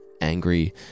angry